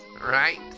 Right